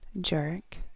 jerk